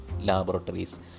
laboratories